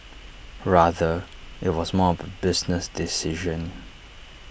rather IT was more of business decision